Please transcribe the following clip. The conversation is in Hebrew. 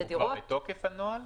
הוא בתוקף הנוהל?